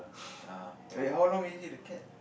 ah wait how long already the cat